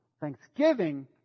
Thanksgiving